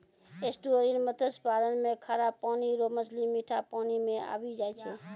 estuarine मत्स्य पालन मे खारा पानी रो मछली मीठा पानी मे आबी जाय छै